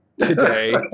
Today